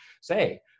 say